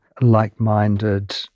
like-minded